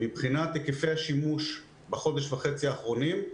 מבחינת היקפי השימוש בחודש וחצי האחרונים,